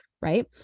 right